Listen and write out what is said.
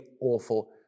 awful